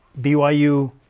BYU